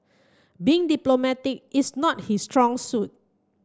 being diplomatic is not his strong suit